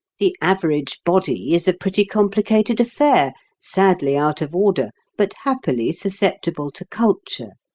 the average body is a pretty complicated affair, sadly out of order, but happily susceptible to culture.